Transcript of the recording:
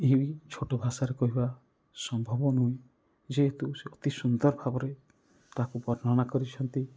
ଏହି ଛୋଟ ଭାଷାରେ କହିବା ସମ୍ଭବ ନୁହେଁ ଯେହେତୁ ସେ ଅତି ସୁନ୍ଦର ଭାବରେ ତାହାକୁ ବର୍ଣ୍ଣନା କରିଛନ୍ତି